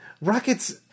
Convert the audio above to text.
Rockets